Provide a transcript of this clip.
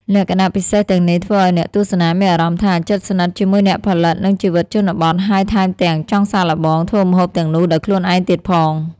លក្ខណៈពិសេសទាំងនេះធ្វើឲ្យអ្នកទស្សនាមានអារម្មណ៍ថា ជិតស្និទ្ធ ជាមួយអ្នកផលិត និងជីវិតជនបទ ហើយថែមទាំង ចង់សាកល្បង ធ្វើម្ហូបទាំងនោះដោយខ្លួនឯងទៀតផង។